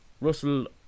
Russell